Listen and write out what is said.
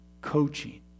coaching